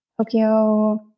Tokyo